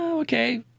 okay